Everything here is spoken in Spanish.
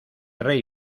rey